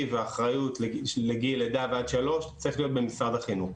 והאחריות לגיל לידה ועד שלוש צריך להיות במשרד החינוך.